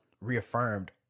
reaffirmed